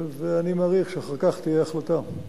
ואני מעריך שאחר כך תהיה החלטה.